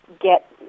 get